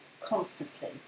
constantly